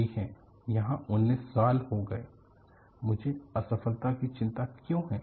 ठीक है यहाँ 19 साल हो गए मुझे असफलता की चिंता क्यों है